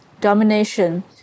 domination